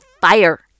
fire